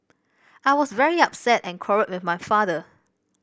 I was very upset and quarrelled with my father